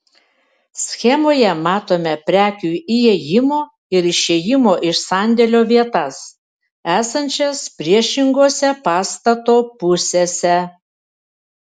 schemoje matome prekių įėjimo ir išėjimo iš sandėlio vietas esančias priešingose pastato pusėse